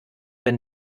wenn